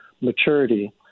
maturity